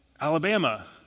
Alabama